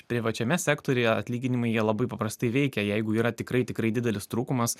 privačiame sektoriuje atlyginimai jie labai paprastai veikia jeigu yra tikrai tikrai didelis trūkumas